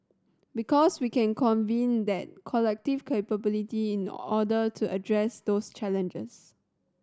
because we can convene that collective capability in order to address those challenges